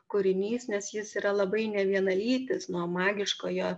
kūrinys nes jis yra labai nevienalytis nuo magiškojo